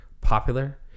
popular